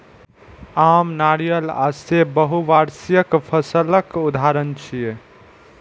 आम, नारियल आ सेब बहुवार्षिक फसलक उदाहरण छियै